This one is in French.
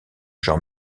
jean